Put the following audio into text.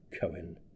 Cohen